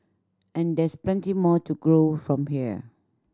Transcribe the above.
and there's plenty more to grow from here